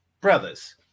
Brothers